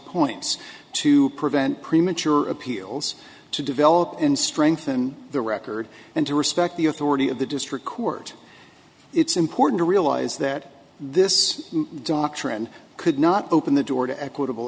points to prevent premature appeals to develop and strengthen the record and to respect the authority of the district court it's important to realize that this doctrine could not open the door to equitable